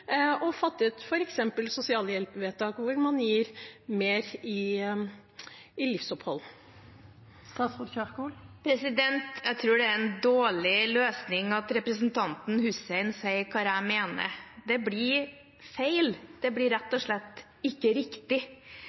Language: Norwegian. og fattet f.eks. sosialhjelpsvedtak, hvor man gir mer til livsopphold? Jeg tror det er en dårlig løsning at representanten Hussein sier hva jeg mener. Det blir feil, det blir rett og slett ikke riktig.